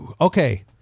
Okay